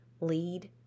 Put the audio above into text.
lead